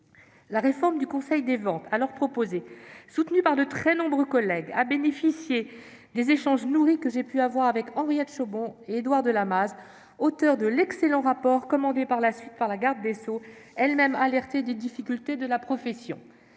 La réforme du Conseil des ventes alors proposée, soutenue par de très nombreux collègues, a bénéficié des échanges nourris que j'ai pu avoir avec Henriette Chaubon et Édouard de Lamaze, auteurs de l'excellent rapport commandé par la suite par l'ancienne garde des sceaux, elle-même alertée des difficultés de la profession.